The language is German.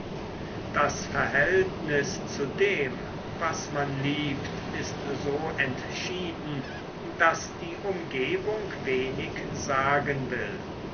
das verhältnis zu dem was man liebt ist so entschieden daß die umgebung wenig sagen will